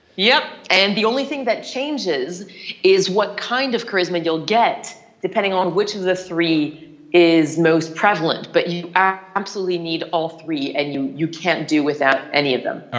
yep. and the only thing that changes is what kind of charisma you will get depending on which of the three is most prevalent. but you ah absolutely need all three and you you can't do without any of them